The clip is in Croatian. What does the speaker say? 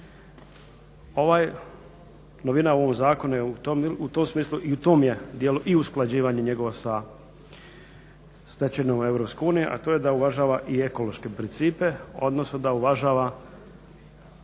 Novina u ovom zakonu je u tom smislu i u tom je djelu i usklađivanje njegova sa stečenom europskom unijom a to je da uvažava i ekološke principe odnosno da uvažava